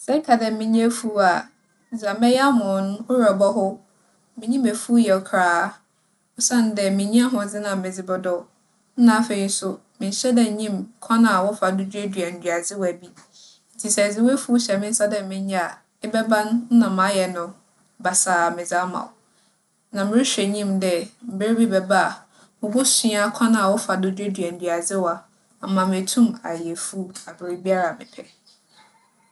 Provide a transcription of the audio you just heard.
Sɛ eka dɛ menyɛ efuw a, dza mɛyɛ ama wo no, wo werɛ bͻhow. Minnyim efuw yɛ koraa osiandɛ minnyi ahoͻdzen a medze bͻdͻw. Nna afei so, mennhyɛ da nnyim kwan a wͻfa do duadua nduadzewa bi. Ntsi sɛ edze w'efuw hyɛ me nsa dɛ menyɛ a, ebɛba no na mayɛ no basaa medze ama wo. Na morohwɛ enyim dɛ mber bi bɛba a, mubosua kwan a wͻfa do duadua nduadzewa ama meetum ayɛ efuw aberbiara a mepɛ.